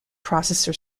processor